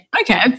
okay